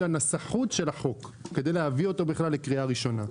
הנסחות של החוק כדי להביא אותו לקריאה ראשונה.